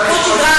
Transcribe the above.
חוט שדרה זה בעיה.